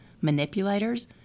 manipulators